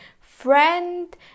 friend